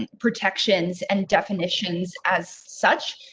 and protections and definitions as such.